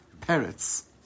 Parrots